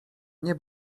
nie